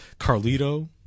Carlito